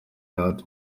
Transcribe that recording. art